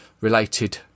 related